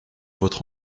votre